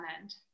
end